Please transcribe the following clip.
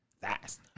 Fast